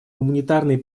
гуманитарные